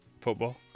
Football